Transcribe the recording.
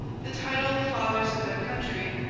the title of fathers of their country,